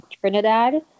Trinidad